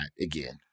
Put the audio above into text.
again